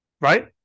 Right